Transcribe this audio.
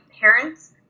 parents